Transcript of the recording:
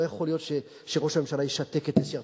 לא יכול להיות שראש הממשלה ישתק את נשיא ארצות-הברית,